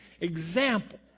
example